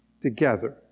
together